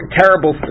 terrible